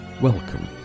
Welcome